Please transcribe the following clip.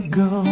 go